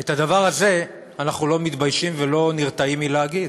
את הדבר הזה אנחנו לא מתביישים ולא נרתעים מלהגיד.